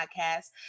podcast